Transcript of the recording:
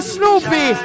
Snoopy